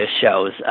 shows